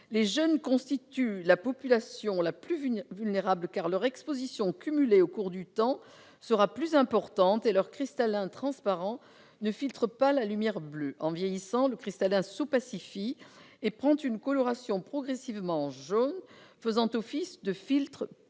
Les jeunes constituent la population la plus vulnérable, car leur exposition cumulée au cours du temps sera plus importante et leur cristallin transparent ne filtre pas la lumière bleue : en vieillissant, le cristallin s'opacifie et prend progressivement une coloration jaune, faisant office de filtre physiologique.